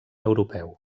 europeu